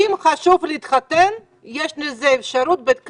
אם חשוב לך להתחתן יש אפשרות בבית כנסת,